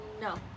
no